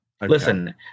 Listen